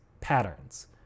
patterns